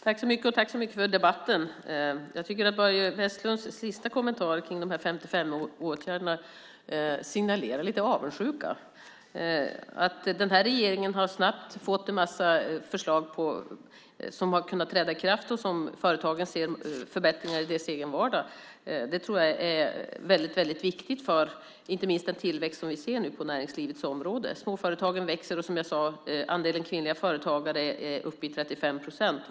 Herr talman! Jag vill tacka så mycket för debatten. Jag tycker att Börje Vestlunds sista kommentar om de 55 åtgärderna signalerar lite avundsjuka. Att den här regeringen snabbt har fått fram en massa förslag som har kunnat träda i kraft och att företagen ser förbättringar i sin egen vardag tror jag är väldigt viktigt för inte minst den tillväxt som vi ser nu på näringslivets område. Småföretagen växer, och som jag sade: Andelen kvinnliga företagare är uppe i 35 procent.